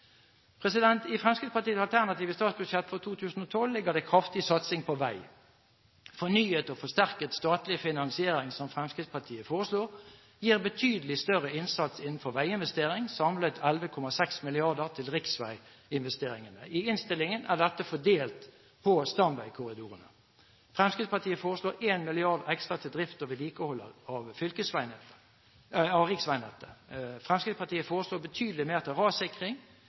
I Fremskrittspartiets alternative statsbudsjett for 2012 ligger det kraftig satsing på vei. Fornyet og forsterket statlig finansiering, som Fremskrittspartiet foreslår, gir betydelig større innsats innenfor veiinvestering – samlet 11,6 mrd. kr til riksveiinvesteringene. I innstillingen er dette fordelt på stamveikorridorene. Fremskrittspartiet foreslår 1 mrd. kr ekstra til drift og vedlikehold av riksveinettet. Fremskrittspartiet foreslår betydelig mer til rassikring